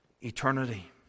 eternity